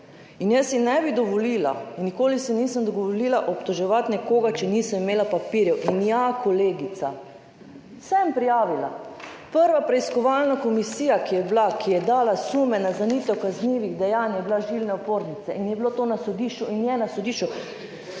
in jaz si ne bi dovolila in nikoli se nisem dovolila obtoževati nekoga, če nisem imela papirjev. In ja, kolegica, sem prijavila. Prva preiskovalna komisija, ki je bila, ki je dala sume, naznanitev kaznivih dejanj je bila žilne opornice in je bilo to na sodišču in je na sodišču.